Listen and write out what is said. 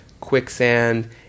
Quicksand –